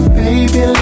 baby